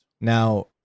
Now